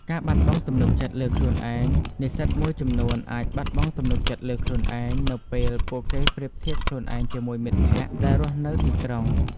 ការបាត់បង់ទំនុកចិត្តលើខ្លួនឯងនិស្សិតមួយចំនួនអាចបាត់បង់ទំនុកចិត្តលើខ្លួនឯងនៅពេលពួកគេប្រៀបធៀបខ្លួនឯងជាមួយមិត្តភ័ក្តិដែលរស់នៅទីក្រុង។